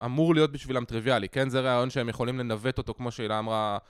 אמור להיות בשבילם טריוויאלי, כן זה רעיון שהם יכולים לנווט אותו כמו שהילה אמרה